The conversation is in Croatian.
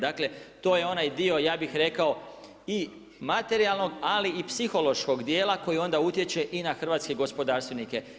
Dakle, to je onaj dio ja bih rekao i materijalno i psihološkog djela koji onda utječe i na hrvatske gospodarstvenike.